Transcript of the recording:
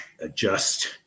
adjust